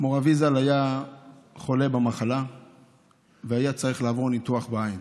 מו"ר אבי ז"ל היה חולה במחלה והיה צריך לעבור ניתוח בעין.